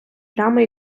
плями